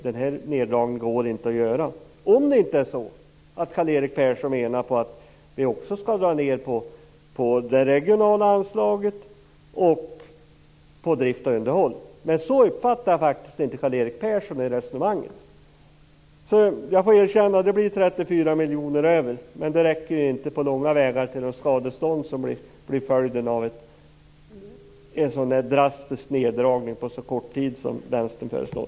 Den här upphandlingen går inte att göra, om inte Karl-Erik Persson menar att vi också skall dra ned på det regionala anslaget och på drift och underhåll. Men så uppfattade jag inte hans resonemang. Jag får erkänna att det blir 34 miljoner kronor över, men det räcker ju inte på långa vägar till att betala ut de skadestånd som blir följden av en så drastisk neddragning under så kort tid som vänstern föreslår.